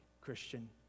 Christian